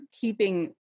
keeping